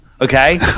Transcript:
Okay